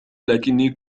لكني